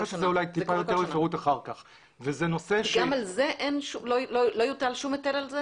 גם על זה לא יוטל שום היטל ?